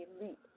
Leap